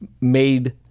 made